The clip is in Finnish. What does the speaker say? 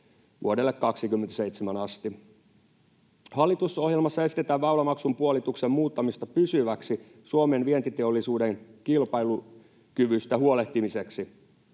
vuodelle 27 asti. Hallitusohjelmassa esitetään väylämaksun puolituksen muuttamista pysyväksi Suomen vientiteollisuuden kilpailukyvystä huolehtimiseksi.